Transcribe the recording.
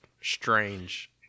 strange